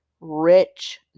rich